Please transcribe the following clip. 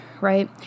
right